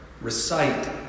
recite